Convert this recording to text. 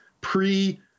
pre